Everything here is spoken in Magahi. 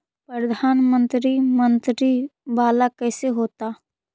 प्रधानमंत्री मंत्री वाला कैसे होता?